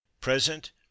present